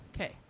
Okay